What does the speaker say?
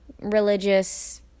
religious